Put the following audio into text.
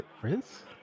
Prince